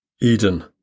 eden